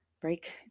break